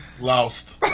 Lost